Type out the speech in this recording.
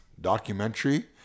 documentary